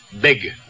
big